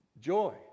joy